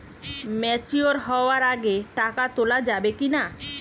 Mature হওয়ার আগে টাকা তোলা যাবে কিনা?